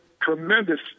tremendous